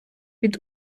від